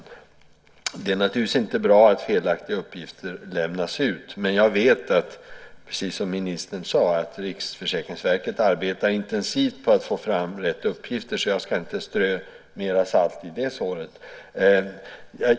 Det är naturligtvis inte bra att felaktiga uppgifter lämnas ut. Men jag vet att Riksförsäkringsverket, precis som ministern sade, intensivt arbetar på att få fram riktiga uppgifter så jag ska inte strö mer salt i det såret.